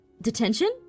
Detention